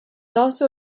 also